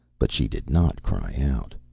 but she did not cry out.